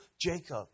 Jacob